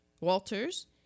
Walters